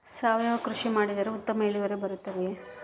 ಸಾವಯುವ ಕೃಷಿ ಮಾಡಿದರೆ ಉತ್ತಮ ಇಳುವರಿ ಬರುತ್ತದೆಯೇ?